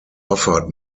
offered